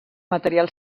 material